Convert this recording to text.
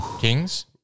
Kings